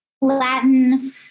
Latin